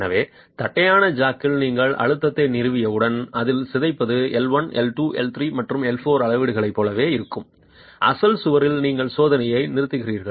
எனவே தட்டையான ஜாக்கில் நீங்கள் அழுத்தத்தை நிறுவியவுடன் அதில் சிதைப்பது L 1 L 2 L 3 மற்றும் L 4 அளவீடுகளைப் போலவே இருக்கும் அசல் சுவரில் நீங்கள் சோதனையை நிறுத்துகிறீர்கள்